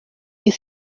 you